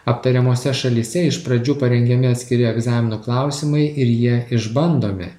aptariamose šalyse iš pradžių parengiami atskiri egzaminų klausimai ir jie išbandomi